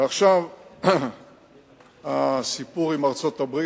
ועכשיו הסיפור עם ארצות-הברית.